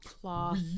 cloth